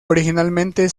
originalmente